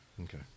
Okay